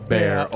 Bear